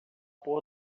pôr